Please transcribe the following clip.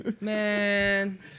Man